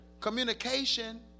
communication